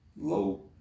low